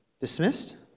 dismissed